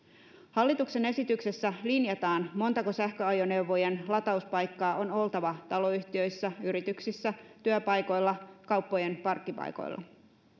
hallituksen esityksessä linjataan montako sähköajoneuvojen latauspaikkaa on oltava taloyhtiöissä yrityksissä työpaikoilla kauppojen parkkipaikoilla